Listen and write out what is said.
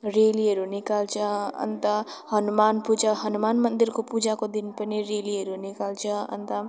रेलीहरू निकाल्छ अन्त हनुमान पूजा हनुमान मन्दिरको पूजाको दिन पनि रेलीहरू निकाल्छ अन्त